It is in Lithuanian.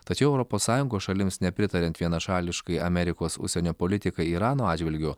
tačiau europos sąjungos šalims nepritariant vienašališkai amerikos užsienio politikai irano atžvilgiu